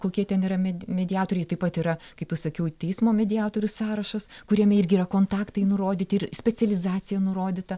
kokie ten yra med mediatoriai taip pat yra kaip jau sakiau teismo mediatorių sąrašas kuriame irgi yra kontaktai nurodyti ir specializacija nurodyta